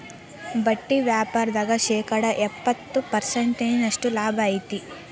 ಬಟ್ಟಿ ವ್ಯಾಪಾರ್ದಾಗ ಶೇಕಡ ಎಪ್ಪ್ತತ ಪರ್ಸೆಂಟಿನಷ್ಟ ಲಾಭಾ ಐತಿ